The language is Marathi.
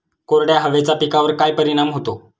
कोरड्या हवेचा पिकावर काय परिणाम होतो?